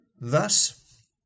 Thus